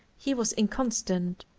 he was inconstant,